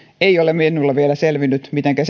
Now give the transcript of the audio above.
ei ole vielä selvinnyt mitenkä